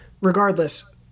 regardless